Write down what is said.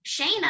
Shayna